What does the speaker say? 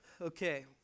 Okay